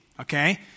okay